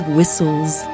Whistles